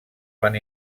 van